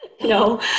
No